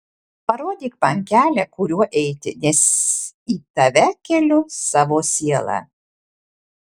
parodyk man kelią kuriuo eiti nes į tave keliu savo sielą